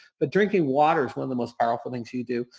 but drinking water is one of the most powerful things you do.